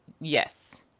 yes